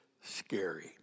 scary